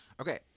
Okay